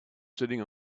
sitting